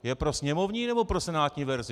Je pro sněmovní, nebo pro senátní verzi?